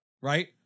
right